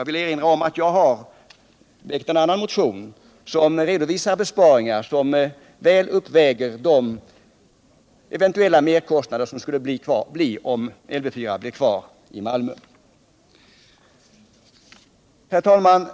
Jag vill då erinra om att en annan motion redovisar besparingar som väl uppväger de eventuella merkostnader som kan uppkomma om Lv 4 blir kvar i Malmö. Herr talman!